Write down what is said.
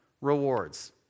rewards